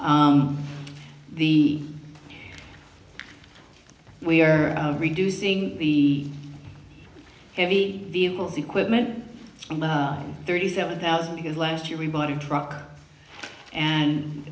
the we are reducing the heavy vehicles equipment thirty seven thousand because last year we bought a truck and